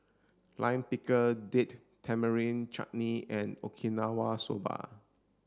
Lime Pickle Date Tamarind Chutney and Okinawa Soba